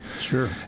Sure